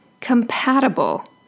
compatible